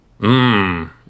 Mmm